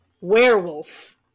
Werewolf